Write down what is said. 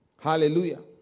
Hallelujah